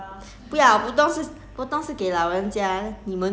but 现在我就不知道